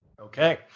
Okay